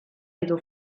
edo